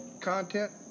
content